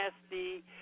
nasty